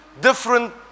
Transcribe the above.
different